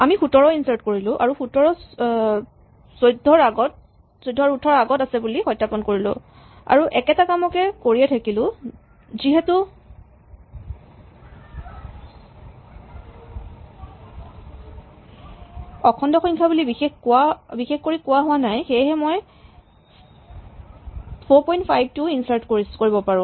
আমি ১৭ ইনচাৰ্ট কৰিলো আৰু ১৭ ১৪ আৰু ১৮ ৰ আগত আছে বুলি সত্যাপণ কৰিলো আৰু একেটা কামকে কৰিয়েই থাকিলো যিহেতু অখণ্ড সংখ্যা বুলি বিশেষ কৰি কোৱা হোৱা নাই সেয়েহে মই ৪৫ ও ইনচাৰ্ট কৰিব পাৰো